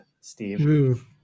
Steve